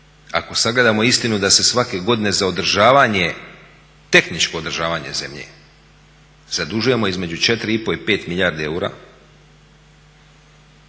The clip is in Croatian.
ako sagledamo istinu da se svake godine za održavanje, tehničko održavanje zemlje zadužujemo između 4 i pol i 5 milijardi eura,